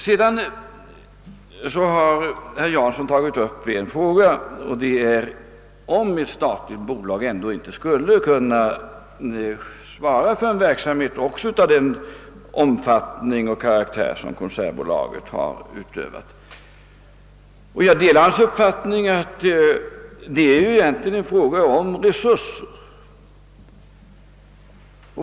Sedan tog herr Jansson upp frågan huruvida inte ett statligt bolag ändå skulle kunna svara för en verksamhet av den omfattning och karaktär som Konsertbolagets verksamhet haft. Jag delar herr Janssons uppfattning att det därvidlag egentligen rör sig om resurser.